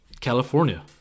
California